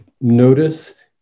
notice